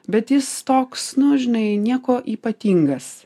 bet jis toks nu žinai nieko ypatingas